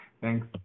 thanks